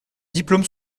diplôme